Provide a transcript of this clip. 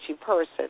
person